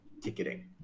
ticketing